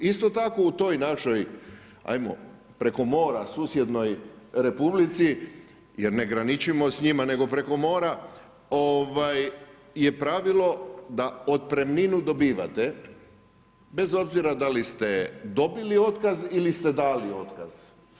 Isto tako u toj našoj, ajmo, preko mora susjednoj republici, jer ne graničimo s njima, nego preko mora, je pravilo da otpremninu dobivate bez obzira da li ste dobili otkaz ili ste dali otkaz.